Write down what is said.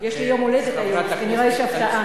יש לי יום-הולדת היום, אז כנראה יש הפתעה.